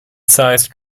sized